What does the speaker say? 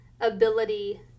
ability